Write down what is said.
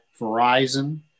verizon